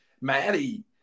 Maddie